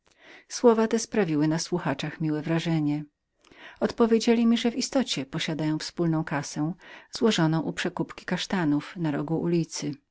słowa te sprawiły na słuchaczach miłe wrażenie odpowiedzieli mi że w istocie posiadają małą wspólną kassę złożoną tymczasowo u przekupki kasztanów na rogu ulicy